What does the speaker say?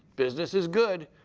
business is good,